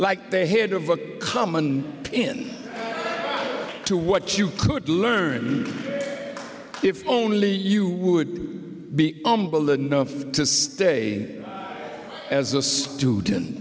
like the head of a common in to what you could learn if only you would be to stay as a student